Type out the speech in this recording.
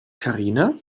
karina